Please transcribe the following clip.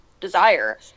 desire